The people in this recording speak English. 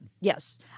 Yes